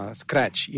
scratch